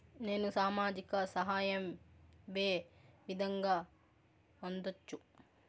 నేను సామాజిక సహాయం వే విధంగా పొందొచ్చు?